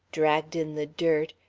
dragged in the dirt,